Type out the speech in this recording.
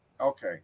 Okay